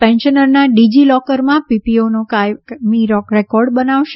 પેન્શનરના ડિજિ લોકરમાં પીપીઓનો કાયમી રેકોર્ડ બનાવશે